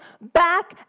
back